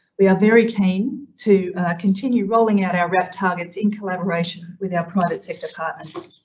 we are very keen to continue rolling out our rap targets in collaboration with our private sector partners.